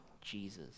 Jesus